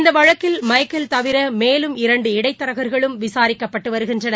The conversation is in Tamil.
இந்தவழக்கில் மைக்கிள் தவிரமேலும் இரண்டு இடைத்தரகங்களும் விசாரிக்கப்பட்டுவருகின்றனர்